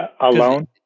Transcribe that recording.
Alone